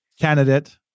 candidate